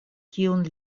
kiun